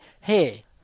Hey